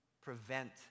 prevent